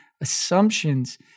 Assumptions